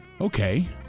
Okay